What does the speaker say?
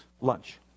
lunch